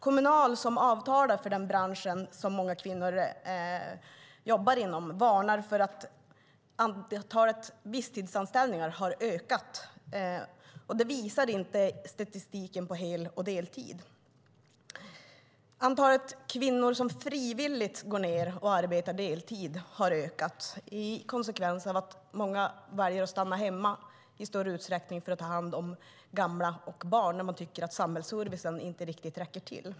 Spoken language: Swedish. Kommunal, som sluter avtal i den bransch som många kvinnor jobbar inom, varnar för att antalet visstidsanställningar har ökat. Det visar inte statistiken över hel och deltid. Antalet kvinnor som "frivilligt" går ned i deltid har ökat, en konsekvens av att många kvinnor väljer att stanna hemma i större utsträckning för att ta hand om gamla och barn när de tycker att samhällsservicen inte riktigt räcker till.